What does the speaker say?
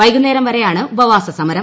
വൈകുന്നേരം വരെയാണ് ഉപവാസ സമരം